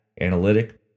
analytic